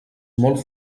molt